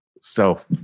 self